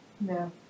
No